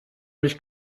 mich